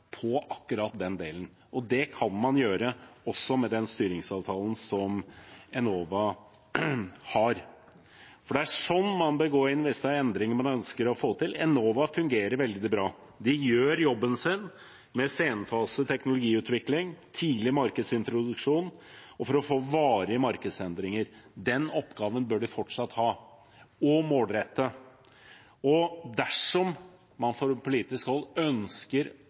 på akkurat den delen. Det kan man gjøre også med den styringsavtalen Enova har. Det er sånn man bør gå inn hvis det er endringer man ønsker å få til. Enova fungerer veldig bra. De gjør jobben sin, med senfaseteknologiutvikling, tidlig markedsintroduksjon og for å få varige markedsendringer. Den oppgaven bør de fortsatt ha – og målrette. Dersom man fra politisk hold ønsker